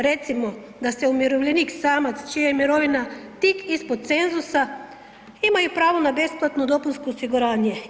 Recimo da se umirovljenik samac čija je mirovina tik ispod cenzusa ima i pravo na besplatno dopunsko osiguranje.